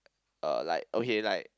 uh like okay like